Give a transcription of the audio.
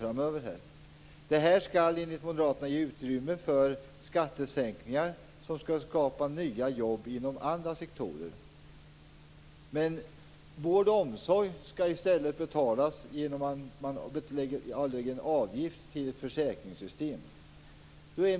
Enligt Moderaterna skall detta ge utrymme för skattesänkningar som skall skapa nya jobb inom andra sektorer. Vård och omsorg däremot skall betalas genom att en avgift erläggs till ett försäkringssystem.